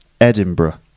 Edinburgh